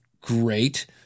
Great